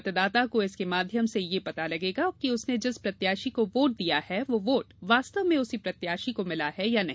मतदाता को इसके माध्यम से यह पता लगेगा की उसने जिस प्रत्याशी को वोट दिया है वह वोट वास्तव में उसी प्रत्याशी को मिला है या नहीं